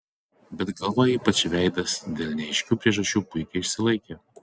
bet galva ypač veidas dėl neaiškių priežasčių puikiai išsilaikė